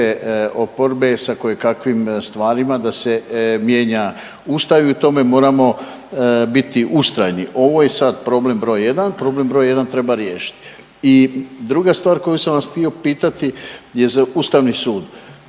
Ovo je sad problem broj 1, problem broj 1 treba riješiti. I druga stvar koju sam vas htio pitati je za Ustavni sud.